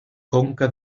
conca